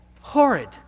Horrid